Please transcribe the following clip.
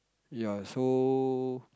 ya so